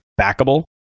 backable